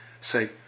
say